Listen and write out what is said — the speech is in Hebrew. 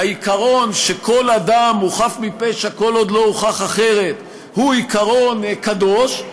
העיקרון שכל אדם הוא חף מפשע כל עוד לא הוכח אחרת הוא עיקרון קדוש,